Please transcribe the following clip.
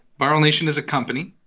viral nation is a company